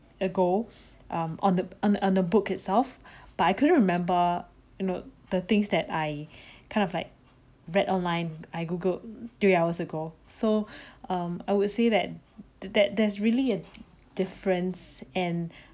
ago um on the on the on the book itself but I couldn't remember you know the things that I kind of like read online I googled three hours ago so um I would say that the that there's really a difference and